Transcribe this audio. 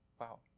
Wow